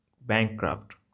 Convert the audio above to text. bankrupt